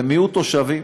ומיעוט תושבים.